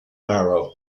marrow